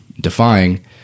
defying